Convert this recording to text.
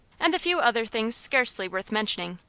and a few other things scarcely worth mentioning,